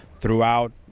throughout